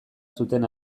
zuten